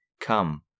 Come